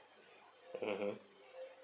mmhmm